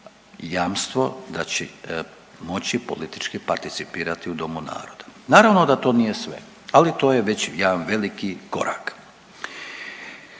jamstvo da će moći politički participirati u Domu naroda. Naravno da to nije sve, ali to je već jedan veliki korak.